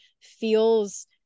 feels